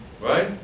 Right